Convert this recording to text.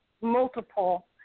multiple